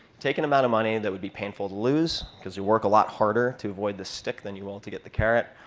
take an amount of money that would be painful to lose, because you'll work a lot harder to avoid the stick than you will to get the carrot.